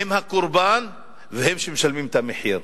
הם הקורבן והם שמשלמים את המחיר.